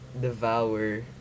devour